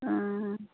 অঁ